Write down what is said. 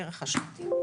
הערך השנתי.